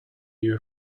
you